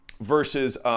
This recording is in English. Versus